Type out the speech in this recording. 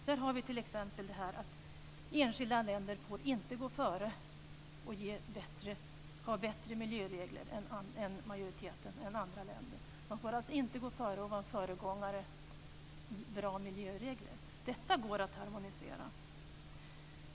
Där har vi t.ex. att enskilda länder inte får gå före och ha bättre miljöregler än andra länder. Man får alltså inte gå före och vara föregångare när det gäller bra miljöregler. Detta går att harmonisera.